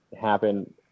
happen